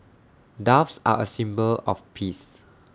doves are A symbol of peace